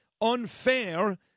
unfair